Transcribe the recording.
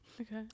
okay